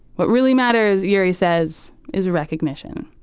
what really matters, jure says, is recognition